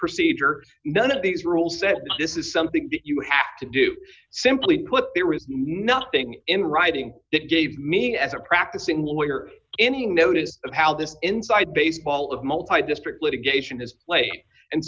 procedure none of these rules that this is something that you have to do simply put there was nothing in writing that gave me as a practicing lawyer any notice of how this inside baseball of multiply district litigation has lay and